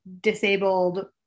disabled